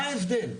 מה ההבדל?